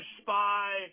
spy